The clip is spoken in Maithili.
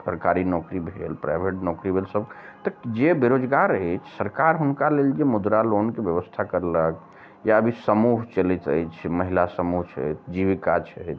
सरकारी नौकरी भेल प्राइभेट नौकरी भेल सब तऽ जे बेरोजगार अछि सरकार हुनका लेल जे मुद्रा लोनके व्यवस्था कयलक या अभी समूह चलैत अछि महिला समूह छथि जीविका छथि